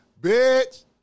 Bitch